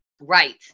Right